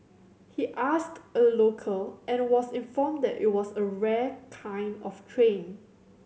he asked a local and was informed that it was a rare kind of train